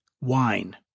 Wine